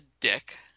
dick